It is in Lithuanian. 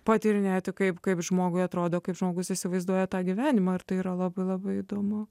patyrinėti kaip kaip žmogui atrodo kaip žmogus įsivaizduoja tą gyvenimą ar tai yra labai labai įdomu